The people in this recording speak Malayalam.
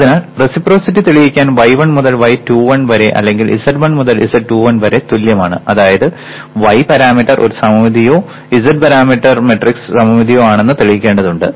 അതിനാൽ റെസിപ്രോസിറ്റി തെളിയിക്കാൻ y1 മുതൽ y21 വരെ അല്ലെങ്കിൽ z1 മുതൽ z21 വരെ തുല്യമാണ് അതായത് y പാരാമീറ്റർ ഒരു സമമിതിയോ z പാരാമീറ്റർ മാട്രിക്സ് സമമിതിയോ ആണെന്ന് തെളിയിക്കേണ്ടതുണ്ട്